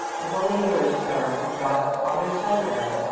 if only the registrar had got father's telegram.